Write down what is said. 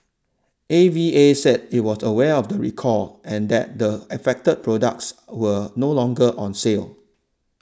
A V A said it was aware of the recall and that the affected products were no longer on sale